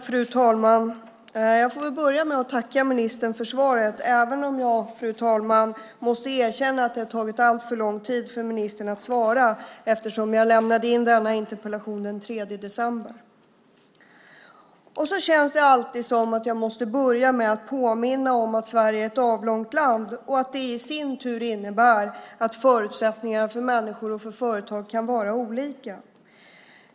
Fru talman! Jag får börja med att tacka ministern för svaret, även om jag måste erkänna att jag tycker att det har tagit alltför lång tid för ministern att svara eftersom jag lämnade in denna interpellation den 3 december. Det känns alltid som att jag måste börja med att påminna om att Sverige är ett avlångt land och att det i sin tur innebär att förutsättningarna för människor och för företag kan vara olika.